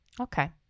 okay